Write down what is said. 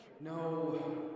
No